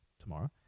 tomorrow